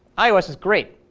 ios is great.